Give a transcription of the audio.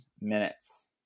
minutes